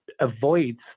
avoids